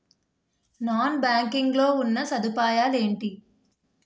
Non banking లో ఉన్నా సదుపాయాలు ఎంటి?